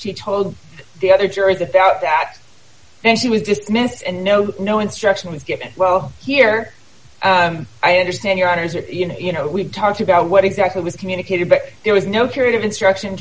she told the other jurors that that that when she was dismissed and no no instruction was given well here i understand your honors or you know you know we talked about what exactly was communicated but there was no period of instruction